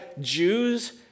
Jews